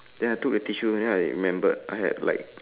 then I took the tissue then I remembered I had like